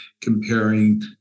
comparing